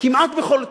כמעט בכל תחום.